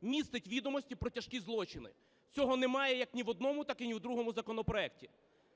містить відомості про тяжкі злочини. Цього немає як ні в одному, так і ні в другому законопроекті.